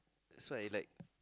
that's why I like